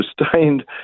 sustained